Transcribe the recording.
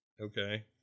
Okay